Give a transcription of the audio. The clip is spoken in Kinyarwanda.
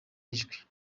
ijwi